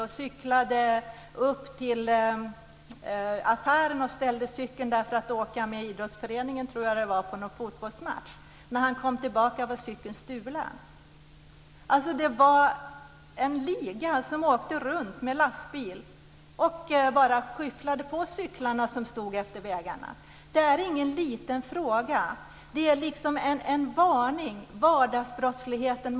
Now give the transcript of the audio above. Han cyklade upp till affären och ställde cykeln där för att åka med idrottsföreningen på en fotbollsmatch. När han kom tillbaka var cykeln stulen. Det var en liga som åkte runt med lastbil och bara skyfflade på de cyklar som stod efter vägarna. Det är ingen liten fråga. Det är en varning - vi måste ta hand om vardagsbrottsligheten.